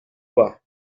pas